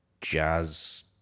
jazz